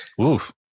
Oof